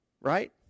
right